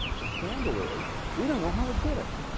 the scandal is we don't know how it did it.